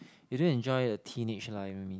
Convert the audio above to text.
they don't enjoy a teenage life you mean